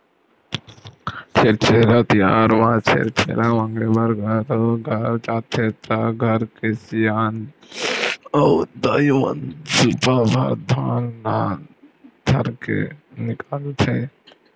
छेरछेरा तिहार म छेरछेरा मांगे बर घरो घर जाथे त घर के सियान अऊ दाईमन सुपा भर धान ल धरके निकलथे